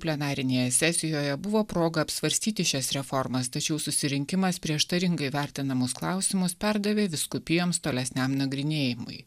plenarinėje sesijoje buvo proga apsvarstyti šias reformas tačiau susirinkimas prieštaringai vertinamus klausimus perdavė vyskupijoms tolesniam nagrinėjimui